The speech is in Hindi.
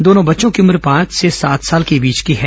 दोनों बच्चों की उम्र पांच से सात साल के बीच की है